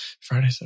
Friday